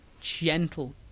gentle